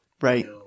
Right